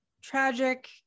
tragic